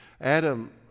Adam